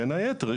בין היתר.